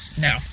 no